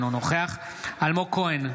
אינו נוכח אלמוג כהן,